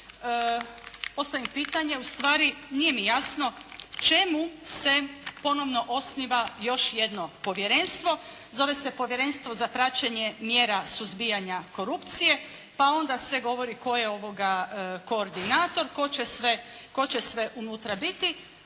strategiju postavim pitanje ustvari nije mi jasno čemu se ponovno osniva još jedno povjerenstvo? Zove se povjerenstvo za praćenje mjera suzbijanja korupcije. Pa onda sve govori tko je koordinator, tko će sve unutra biti.